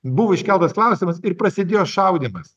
buvo iškeltas klausimas ir prasidėjo šaudymas